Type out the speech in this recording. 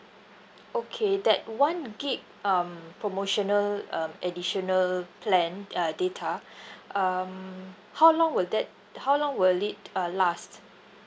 okay that one gig um promotional um additional plan uh data um how long will that how long will it uh last